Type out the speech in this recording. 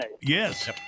Yes